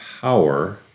power